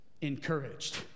encouraged